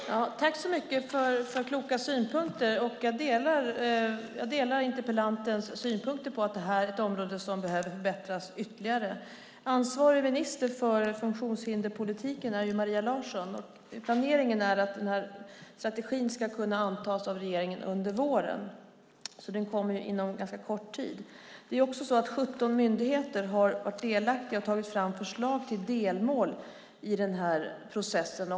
Fru talman! Tack så mycket för kloka synpunkter! Jag delar interpellantens synpunkt att det här är ett område som behöver förbättras ytterligare. Ansvarig minister för funktionshinderspolitiken är Maria Larsson. Planeringen är att den här strategin ska kunna antas av regeringen under våren, så den kommer inom ganska kort tid. 17 myndigheter har varit delaktiga och tagit fram förslag till delmål i processen.